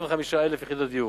25,000 יחידות דיור.